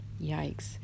Yikes